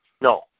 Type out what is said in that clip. No